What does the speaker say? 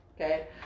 okay